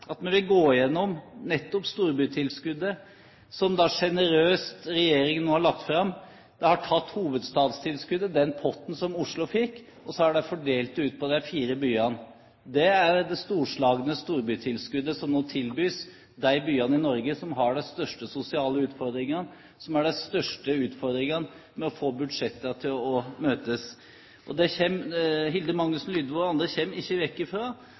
at vi vil gå gjennom nettopp storbytilskuddet, som regjeringen sjenerøst har lagt fram. De har tatt hovedstadstilskuddet, den potten som Oslo fikk, og så fordelt det ut på de fire byene. Det er det storslagne storbytilskuddet som nå tilbys de byene i Norge som har de største sosiale utfordringene, og som har de største utfordringene med å få budsjettene til å gå opp. Hilde Magnusson Lydvo og andre kommer ikke vekk